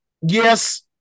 yes